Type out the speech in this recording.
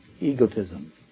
egotism